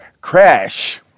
Crash